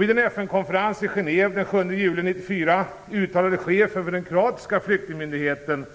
Vid en FN-konferens i Genève den 7 juli 1994 uttalade chefen för den kroatiska flyktingmyndigheten,